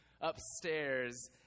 upstairs